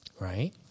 right